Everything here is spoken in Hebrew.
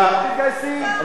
מי שמשרת אין לו מצפון?